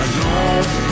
Alone